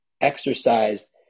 exercise